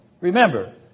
Remember